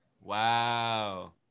Wow